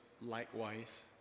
likewise